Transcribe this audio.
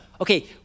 Okay